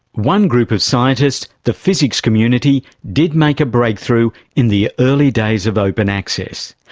one group of scientists, the physics community, did make a breakthrough in the early days of open access.